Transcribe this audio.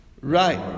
Right